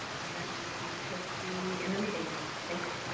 and she should be in the meeting now, thank you.